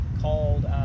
called